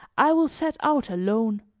i will set out alone.